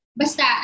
basta